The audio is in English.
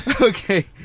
Okay